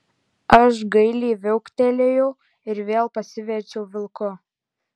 aš gailiai viauktelėjau ir vėl pasiverčiau vilku